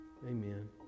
Amen